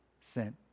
sent